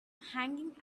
hanging